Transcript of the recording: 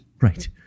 right